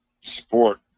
sport